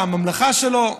לממלכה שלו,